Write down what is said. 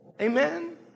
Amen